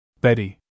Betty